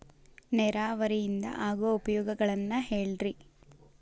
ನೇರಾವರಿಯಿಂದ ಆಗೋ ಉಪಯೋಗಗಳನ್ನು ಹೇಳ್ರಿ